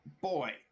boy